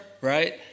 right